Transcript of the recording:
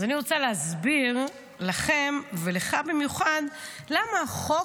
אז אני רוצה להסביר לכם ולך במיוחד למה החוק